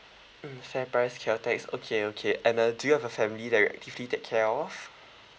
mm FairPrice Caltex okay okay and uh do you have a family that you actually take care of